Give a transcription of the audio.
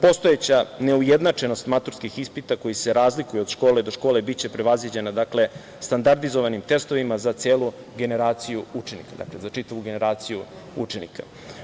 Postojeća neujednačenost maturskih ispita koji se razlikuju od škole do škole biće prevaziđena standardizovanim testovima za celu generaciju učenika, dakle, za čitavu generaciju učenika.